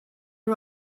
her